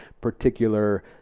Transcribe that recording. particular